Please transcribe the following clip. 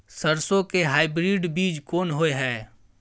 सरसो के हाइब्रिड बीज कोन होय है?